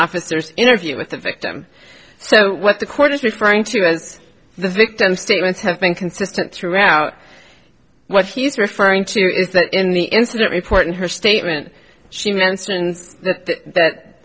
officers interview with the victim so what the court is referring to as the victim statements have been consistent throughout what he's referring to is that in the incident report in her statement she mentioned that